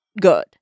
good